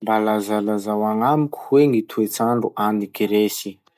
Mba lazalazao agnamiko hoe gny toetsandro agny Gresy?